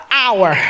hour